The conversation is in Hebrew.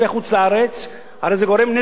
הרי זה גורם נזק לכלכלה של ירושלים,